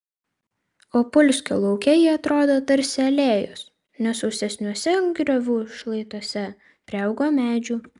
opulskio lauke jie atrodo tarsi alėjos nes sausesniuose griovių šlaituose priaugo medžių